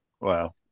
Wow